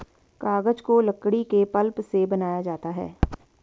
कागज को लकड़ी के पल्प से बनाया जाता है